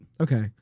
Okay